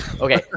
Okay